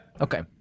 Okay